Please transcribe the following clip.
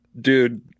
Dude